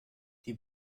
die